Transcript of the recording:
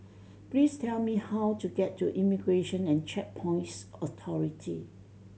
please tell me how to get to Immigration and Checkpoints Authority